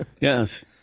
Yes